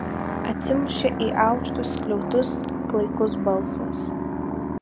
atsimušė į aukštus skliautus klaikus balsas